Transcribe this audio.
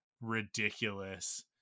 ridiculous